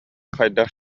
хайдах